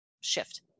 shift